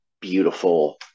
beautiful